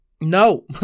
no